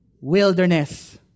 wilderness